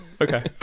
Okay